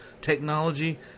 technology